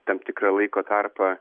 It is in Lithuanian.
tam tikrą laiko tarpą